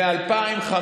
מ-2015